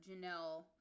Janelle